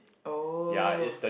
oh